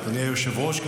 אדוני היושב-ראש,